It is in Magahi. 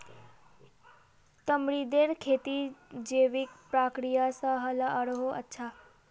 तमरींदेर खेती जैविक प्रक्रिया स ह ल आरोह अच्छा